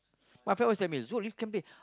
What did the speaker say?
my friend always tell me Zul you can be